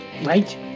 Right